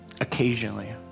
occasionally